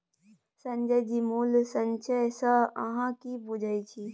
संजय जी मूल्य संचय सँ अहाँ की बुझैत छी?